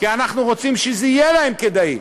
כי אנחנו רוצים שזה יהיה להם כדאי.